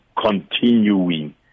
continuing